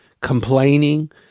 complaining